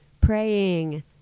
praying